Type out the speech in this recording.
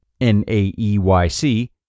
NAEYC